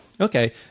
Okay